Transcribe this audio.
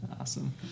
Awesome